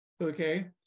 okay